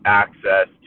access